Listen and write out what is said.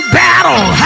battle